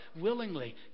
willingly